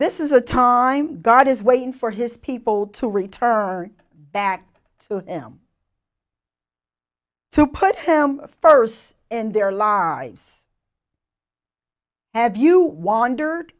this is a time god is waiting for his people to return back to him to put him first and their lives have you wandered